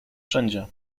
wszędzie